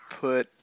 put